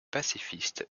pacifiste